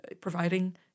providing